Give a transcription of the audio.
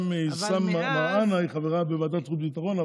גם אבתיסאם מראענה היא חברה בוועדת חוץ וביטחון,